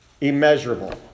immeasurable